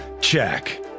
Check